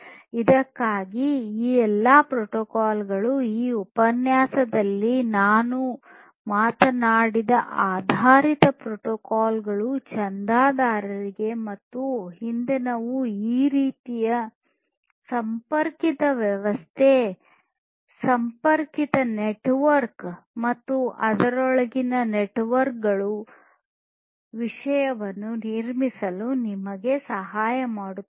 ಇದಕ್ಕಾಗಿ ಈ ಎಲ್ಲಾ ಪ್ರೋಟೋಕಾಲ್ಗಳು ಈ ಉಪನ್ಯಾಸದಲ್ಲಿ ನಾವು ಮಾತನಾಡಿದ್ದ ಆಧಾರಿತ ಪ್ರೋಟೋಕಾಲ್ ಗಳನ್ನು ಚಂದಾದಾರರಾಗಿ ಮತ್ತು ಹಿಂದಿನವು ಈ ರೀತಿಯ ಸಂಪರ್ಕಿತ ವ್ಯವಸ್ಥೆ ಸಂಪರ್ಕಿತ ನೆಟ್ವರ್ಕ್ ಮತ್ತು ಅದರೊಳಗಿನ ನಡವಳಿಕೆಗಳ ವಿಷಯವನ್ನು ನಿರ್ಮಿಸಲು ನಿಮಗೆ ಸಹಾಯ ಮಾಡುತ್ತದೆ